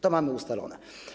To mamy ustalone.